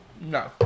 no